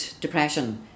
depression